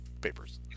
papers